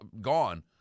gone